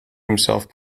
himself